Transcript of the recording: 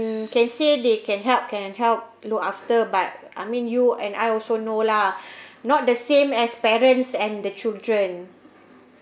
can say they can help can can help look after but I mean you and I also know lah not the same as parents and the children